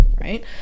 right